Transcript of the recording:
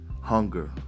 Hunger